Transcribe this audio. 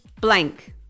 blank